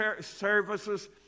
services